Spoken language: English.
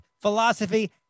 philosophy